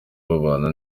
babana